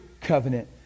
covenant